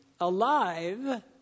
alive